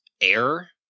air